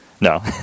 no